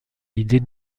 l’idée